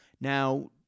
Now